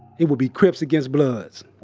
it would be crips against bloods.